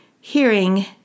hearing